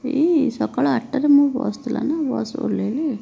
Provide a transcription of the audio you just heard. ଏଇ ସକାଳ ଆଠଟାରେ ମୋ ବସ୍ ଥିଲା ନା ମୁଁ ବସ୍ରୁ ଓହ୍ଲାଇଲି